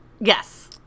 Yes